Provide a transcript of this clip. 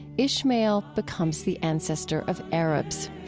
ishmael becomes the ancestor of arabs.